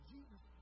Jesus